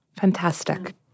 Fantastic